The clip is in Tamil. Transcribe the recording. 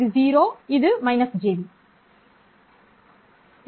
இது 0 மற்றும் இது -jb சரி